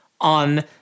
on